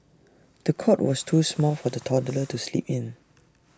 the cot was too small for the toddler to sleep in